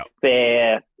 fair